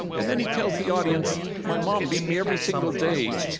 and then he tells the audience, my mom beat me every single day.